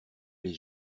les